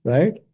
Right